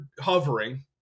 hovering